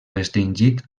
restringit